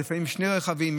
לפעמים זה שני רכבים,